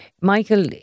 Michael